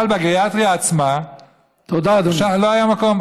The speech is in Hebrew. אבל בגריאטריה עצמה לא היה מקום.